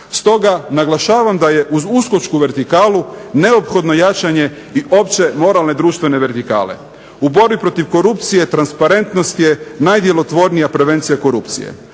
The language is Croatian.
Stoga naglašavam da je uz uskočku vertikalu neophodno jačanje i opće moralne društvene vertikale. U borbi protiv korupcije transparentnost je najdjelotvornija prevencija korupcije.